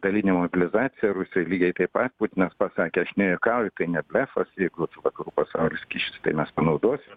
dalinė mobilizacija rusijoj lygiai taip pat putinas pasakė aš nejuokauju tai ne blefas jeigu vakarų pasaulis kišis tai mes panaudosim